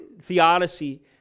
theodicy